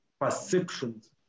perceptions